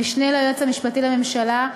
המשנה ליועץ המשפטי לממשלה,